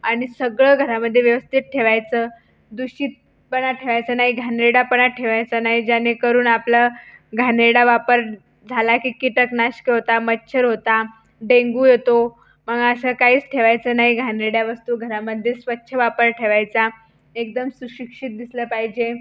आणि सगळं घरामध्ये व्यवस्थित ठेवायचं दूषितपणा ठेवायचा नाही घाणेरडेपणा ठेवायचा नाही जेणेकरून आपला घाणेरडा वापर झाला की कीटकनाशकं होतात मच्छर होतात डेंगू होतो आणि असं काहीच ठेवायचं नाही घाणेरड्या वस्तू घरामध्ये स्वच्छ वापर ठेवायचा एकदम सुशिक्षित दिसलं पाहिजे